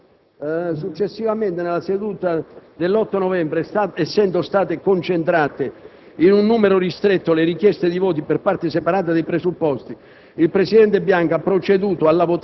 dove si dice che successivamente nella seduta dell'8 novembre, essendo state concentrate